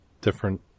different